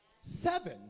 Seven